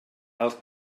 els